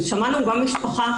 שמענו גם משפחה,